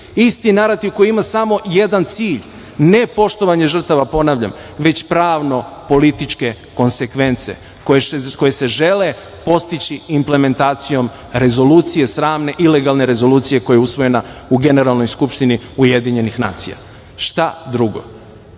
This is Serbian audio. isti narativ koji ima samo jedan cilj – ne poštovanje žrtava, ponavljam, već pravno-političke konsekvence koje se žele postići implementacijom rezolucije sramne, ilegalne rezolucije koja je usvojena u Generalnoj skupštini Ujedinjenih nacija. Šta drugo? Želite